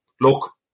look